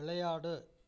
விளையாடு